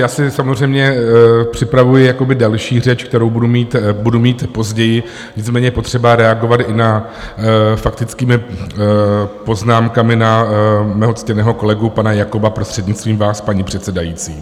Já si samozřejmě připravuji další řeč, kterou budu mít později, nicméně je potřeba reagovat i faktickými poznámkami na mého ctěného kolegu pana Jakoba, prostřednictvím vás, paní předsedající.